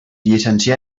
llicencià